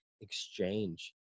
exchange